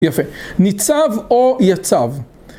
יפה, ניצב או יצב.